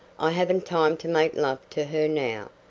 i haven't time to make love to her now.